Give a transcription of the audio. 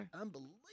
Unbelievable